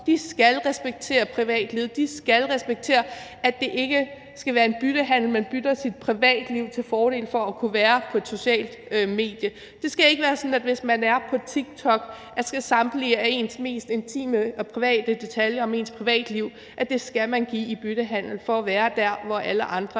skal respektere privatlivet; de skal respektere, at det ikke skal være en byttehandel, hvor man bytter sit privatliv til fordel for at kunne være på et socialt medie. Det skal ikke være sådan, at man, hvis man er på TikTok, så skal give samtlige af ens mest intime og private detaljer om ens privatliv i byttehandel for at være der, hvor alle andre